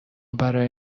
برای